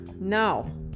No